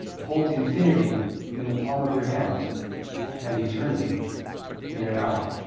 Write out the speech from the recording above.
hold infinity in the palm of your hand and eternity in an hour.